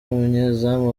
umunyezamu